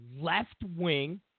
left-wing